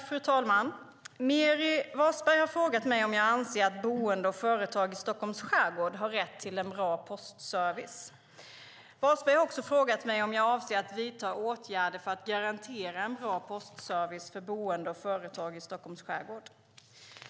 Fru talman! Meeri Wasberg har frågat mig om jag anser att boende och företag i Stockholms skärgård har rätt till en bra postservice. Wasberg har också frågat mig om jag avser att vidta åtgärder för att garantera en bra postservice för boende och företag i Stockholms skärgård.